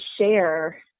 share